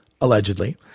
allegedly